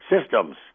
systems